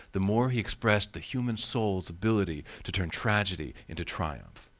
the more he expressed the human soul's ability to turn tragedy into triumph.